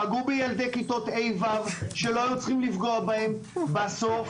פגעו בכיתות ה'-ו' שלא היו צריכים לפגוע בהן בסוף